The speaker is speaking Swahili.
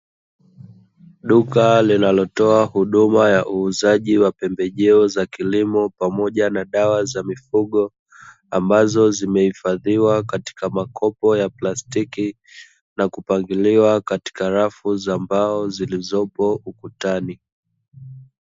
Duka linalotoa huduma ya uuzaji wa pembejeo za kilimo pamoja na dawa za mifugo, ambazo zimehifadhiwa katika makopo ya plastiki, na kupangiliwa katika rafu za mbao zilizopo ukutani.